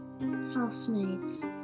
housemaids